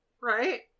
Right